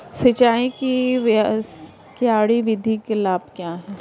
सिंचाई की क्यारी विधि के लाभ क्या हैं?